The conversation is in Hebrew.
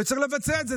צריך לבצע את זה.